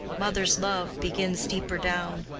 mother's love begins deeper down.